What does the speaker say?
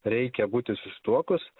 reikia būti susituokus